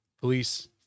police